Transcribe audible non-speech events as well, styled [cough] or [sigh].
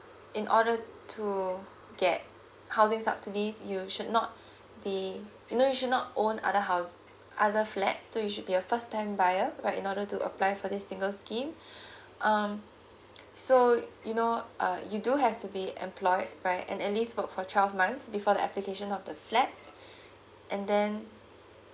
in order to get housing subsidy you should not be you know you should not own other house other flat so you should be a first time buyer right in order to apply for this single scheme [breath] um so you know uh you do have to be employed right and at least work for twelve months before the application of the flat and then